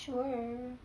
sure